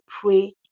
pray